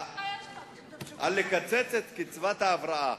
את קצבת ההבראה.